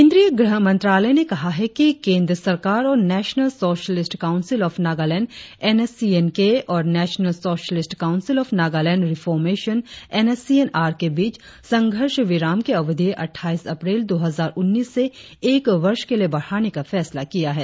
केंद्रीय गृह मंत्रालय ने कहा है कि केंद्र सरकार और national socialist council of Nagaland N S C N के और national socialist council of Nagaland reformation NSCN R के बीच संघर्ष विराम की अवधि अटठाईस अप्रैल दो हजार उन्नीस से एक वर्ष के लिए बढ़ाने का फैसला किया है